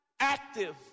active